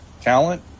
talent